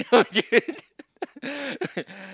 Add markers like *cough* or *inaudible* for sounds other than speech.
okay *laughs*